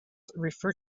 refer